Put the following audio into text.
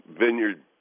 vineyard